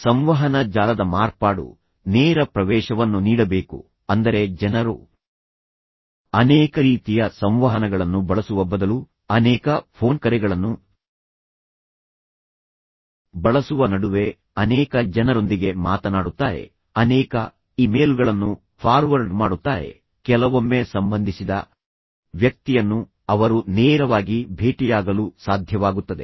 ಸಂವಹನ ಜಾಲದ ಮಾರ್ಪಾಡು ನೇರ ಪ್ರವೇಶವನ್ನು ನೀಡಬೇಕು ಅಂದರೆ ಜನರು ಅನೇಕ ರೀತಿಯ ಸಂವಹನಗಳನ್ನು ಬಳಸುವ ಬದಲು ಅನೇಕ ಫೋನ್ ಕರೆಗಳನ್ನು ಬಳಸುವ ನಡುವೆ ಅನೇಕ ಜನರೊಂದಿಗೆ ಮಾತನಾಡುತ್ತಾರೆ ಅನೇಕ ಇಮೇಲ್ಗಳನ್ನು ಫಾರ್ವರ್ಡ್ ಮಾಡುತ್ತಾರೆ ಕೆಲವೊಮ್ಮೆ ಸಂಬಂಧಿಸಿದ ವ್ಯಕ್ತಿಯನ್ನು ಅವರು ನೇರವಾಗಿ ಭೇಟಿಯಾಗಲು ಸಾಧ್ಯವಾಗುತ್ತದೆ